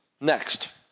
Next